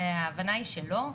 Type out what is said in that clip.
וההבנה היא שלא.